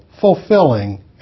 fulfilling